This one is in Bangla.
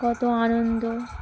কত আনন্দ